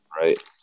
right